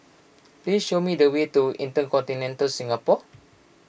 please show me the way to Intercontinental Singapore